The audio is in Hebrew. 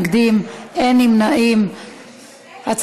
לוועדת העבודה הרווחה והבריאות נתקבלה.